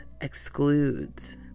excludes